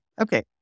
Okay